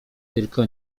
tylko